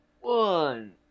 one